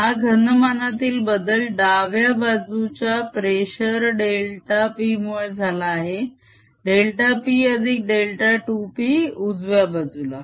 हा घनमानातील बदल डाव्या बाजूच्या प्रेशर डेल्टा p मुळे झाला आहे डेल्टा p अधिक डेल्टा 2p उजव्या बाजूला